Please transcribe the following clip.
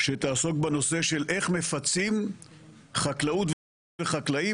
שתעסוק בנושא של איך מפצים חקלאות וחקלאים